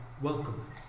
welcome